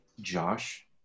Josh